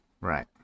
Right